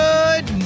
Good